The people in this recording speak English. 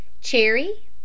Cherry